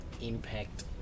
impact